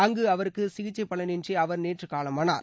அங்கு அவருக்கு சிகிச்சை பலன் இன்றி அவர் நேற்று காலமானார்